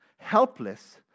helpless